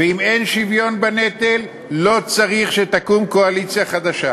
ואם אין שוויון בנטל לא צריך שתקום קואליציה חדשה,